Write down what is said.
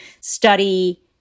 study